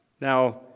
Now